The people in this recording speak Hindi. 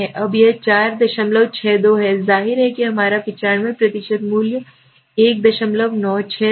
अब यह 462 है जाहिर है कि हमारा 95 मूल्य 196 था